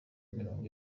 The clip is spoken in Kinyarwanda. mirongo